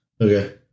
okay